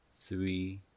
Three